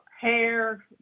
Hair